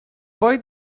boy